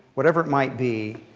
whatever it might be,